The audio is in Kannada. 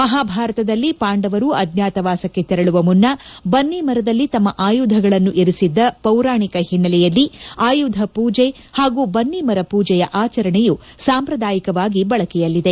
ಮಹಾಭಾರತದಲ್ಲಿ ಪಾಂಡವರು ಅಜ್ಜಾತವಾಸಕ್ಕೆ ತೆರಳುವ ಮುನ್ನ ಬನ್ನಿ ಮರದಲ್ಲಿ ತಮ್ಮ ಆಯುಧಗಳನ್ನು ಇರಿಸಿದ್ದ ಪೌರಾಣಿಕ ಹಿನ್ನೆಲೆಯಲ್ಲಿ ಆಯುಧ ಪೂಜೆ ಹಾಗೂ ಬನ್ನಿಮರ ಪೂಜೆಯ ಆಚರಣೆಯೂ ಸಾಂಪ್ರದಾಯಿಕವಾಗಿ ಬಳಕೆಯಲ್ಲಿದೆ